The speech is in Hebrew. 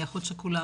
אני אחות שכולה.